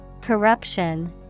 Corruption